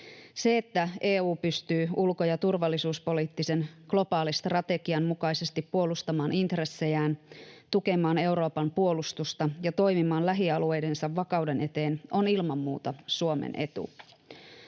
Se, että EU pystyy ulko- ja turvallisuuspoliittisen globaalistrategian mukaisesti puolustamaan intressejään, tukemaan Euroopan puolustusta ja toimimaan lähialueidensa vakauden eteen, on ilman muuta Suomen etu.